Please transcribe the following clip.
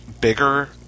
bigger